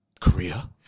Korea